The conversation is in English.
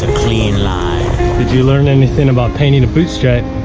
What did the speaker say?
and clean line. did you learn anything about painting a boot stripe?